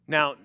Now